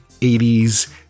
80s